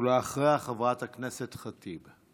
בבקשה, ואחריה, חברת הכנסת ח'טיב.